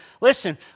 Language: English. Listen